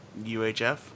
UHF